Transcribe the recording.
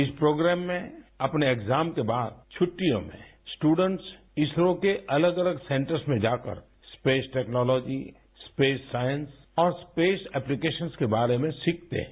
इस प्रोग्राम में अपने एग्जाम्स के बाद छुट्टियों में स्टूडेन्स इसरो के अलग अलग सेन्टर्स में जाकर स्पेस टेक्नोलॉजी स्पेस साइंस और स्पेस ऐप्लीकेशन्स के बारे में सीखते हैं